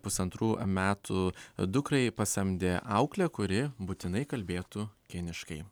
pusantrų metų dukrai pasamdė auklę kuri būtinai kalbėtų kiniškai